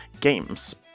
games